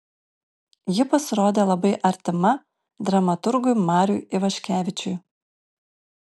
ji pasirodė labai artima dramaturgui mariui ivaškevičiui